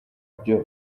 byo